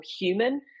human